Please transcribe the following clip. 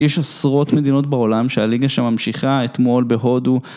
יש עשרות מדינות בעולם שהליגה שם ממשיכה, אתמול בהודו.